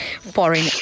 foreign